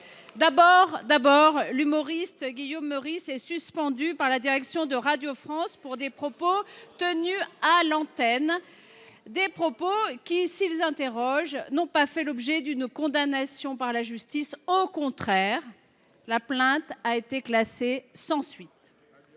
D’abord, l’humoriste Guillaume Meurice est suspendu par la direction de Radio France pour des propos tenus à l’antenne. S’ils interrogent, ces propos n’ont pas fait l’objet d’une condamnation par la justice – au contraire, la plainte a été classée sans suite.